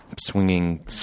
swinging